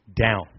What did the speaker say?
down